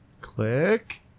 Click